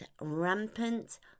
Rampant